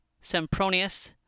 Sempronius